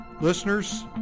Listeners